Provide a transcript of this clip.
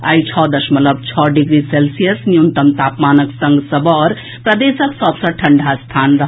आइ छओ दशमलव छओ डिग्री सेल्सियस न्यूनतम तापमानक संग सबौर प्रदेशक सभ सॅ ठंडा स्थान रहल